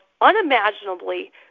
unimaginably